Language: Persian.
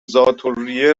ذاتالریه